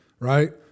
right